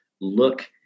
look